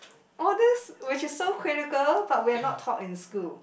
all these which is so critical but we're not taught in school